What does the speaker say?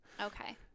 Okay